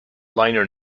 liner